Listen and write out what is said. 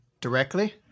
directly